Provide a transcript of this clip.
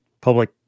public